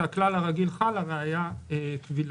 הכלל הרגיל חל, הראיה קבילה.